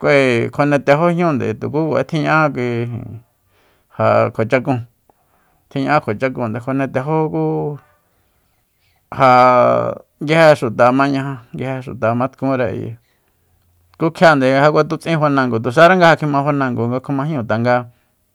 kue kjuane tejó jñúunde tuku kuacha tjiña'á kjua chakunde kjuane tejó ku ja nguije xuta mañaja nguije xuta matkure ayi ku kjia nde nga ja kuatutsin fanango tuxara ja kjima fanango nga kjumajñúu tanga